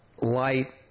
light